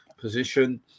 position